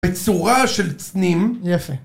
בצורה של צנים. יפה.